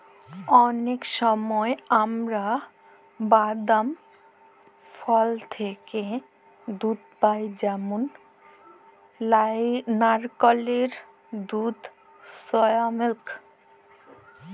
ম্যালা সময় আমরা বাদাম, ফল থ্যাইকে দুহুদ পাই যেমল লাইড়কেলের দুহুদ, সয়া মিল্ক